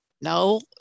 No